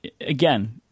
again